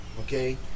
Okay